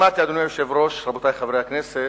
אדוני היושב-ראש, רבותי חברי הכנסת,